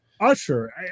Usher